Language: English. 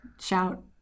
shout